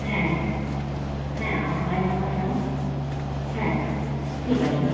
ᱦᱮᱸ ᱦᱮᱸ ᱟᱢ ᱦᱚᱸ ᱟᱭᱢᱟ ᱟᱭᱢᱟ ᱥᱟᱨᱦᱟᱣ ᱦᱮᱸ ᱴᱷᱤᱠ ᱟᱪᱷᱮ ᱢᱟ